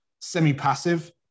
semi-passive